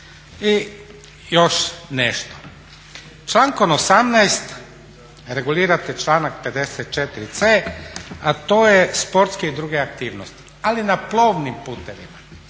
I još nešto, člankom 18. regulirate članak 54.c a to je sportske i druge aktivnosti, ali na plovnim putovima.